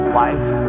life